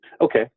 Okay